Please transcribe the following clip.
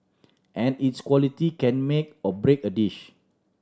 and its quality can make or break a dish